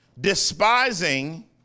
despising